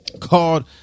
called